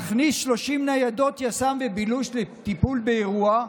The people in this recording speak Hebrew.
להכניס 30 ניידות יס"מ ובילוש לטיפול באירוע,